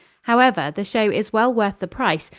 however, the show is well worth the price,